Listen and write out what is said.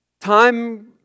time